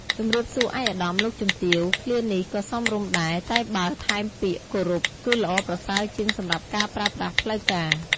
ជំរាបសួរឯកឧត្តម លោកជំទាវ ឃ្លានេះក៏សមរម្យដែរ តែបើថែមពាក្យ "គោរព" គឺល្អប្រសើរជាងសម្រាប់ការប្រើប្រាស់ផ្លូវការ។